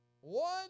One